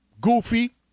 Goofy